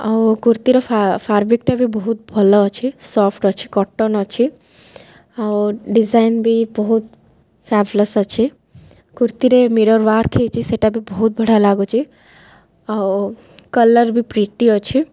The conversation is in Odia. ଆଉ କୁର୍ତ୍ତୀର ଫା ଫାବ୍ରିକଟା ବି ବହୁତ ଭଲ ଅଛି ସଫ୍ଟ ଅଛି କଟନ୍ ଅଛି ଆଉ ଡିଜାଇନ୍ ବି ବହୁତ ଫ୍ୟାବୁଲସ୍ ଅଛି କୁର୍ତ୍ତୀରେ ମିରର୍ ୱାର୍କ୍ ହେଇଛି ସେଇଟା ବି ବହୁତ ବଢ଼ିଆ ଲାଗୁଛି ଆଉ କଲର୍ ବି ପ୍ରେଟି ଅଛି